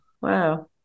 Wow